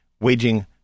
waging